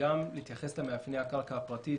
וגם להתייחס למאפייני הקרקע הפרטית,